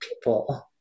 people